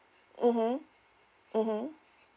mmhmm mmhmm